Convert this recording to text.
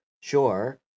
sure